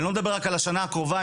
אני לא מדבר על השנה הקרובה,